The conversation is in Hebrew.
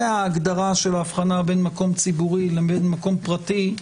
הוא ההגדרה של הבחנה בין מקום ציבורי לבין למקום פרטי.